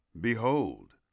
behold